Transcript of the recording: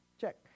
check